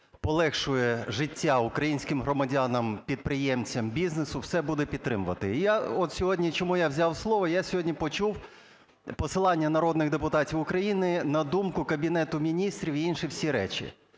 полегшує життя українським громадянам, підприємцям, бізнесу, все буде підтримувати. Я от сьогодні чому взяв слово? Я сьогодні почув посилання народних депутатів України на думку Кабінету Міністрів і інші всі речі.